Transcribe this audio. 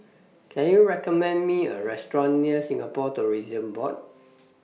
Can YOU recommend Me A Restaurant near Singapore Tourism Board